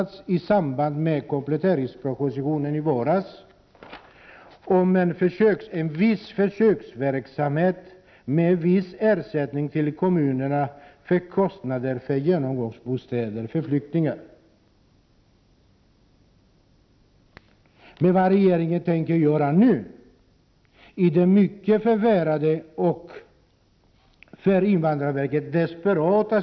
1988/89:28 kompletteringspropositionen i våras, nämligen en viss försöksverksamhet 21 november 1988 med viss ersättning till kommunerna för kostnader för genomgångsbostäder. = 4 för flyktingar. Vi får däremot inget svar på vad regeringen tänker göra i den nu rådande situationen.